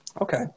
Okay